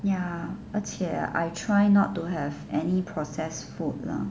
ya 而且 I try not to have any processed food lah